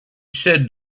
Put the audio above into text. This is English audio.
said